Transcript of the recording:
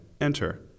enter